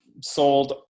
sold